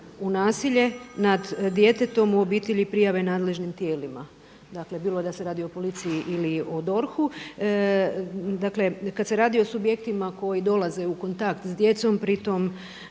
u nasilje nad djetetom u obitelji prijave nadležnim tijelima. Dakle, bilo da se radi o policiji ili o DORH-u. Dakle, kad se radi o subjektima koji dolaze u kontakt s djecom pritom